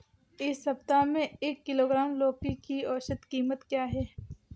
इस सप्ताह में एक किलोग्राम लौकी की औसत कीमत क्या है?